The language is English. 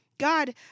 God